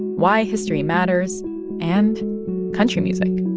why history matters and country music.